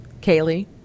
kaylee